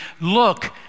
look